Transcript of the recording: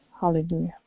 Hallelujah